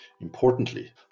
Importantly